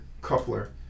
coupler